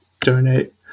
donate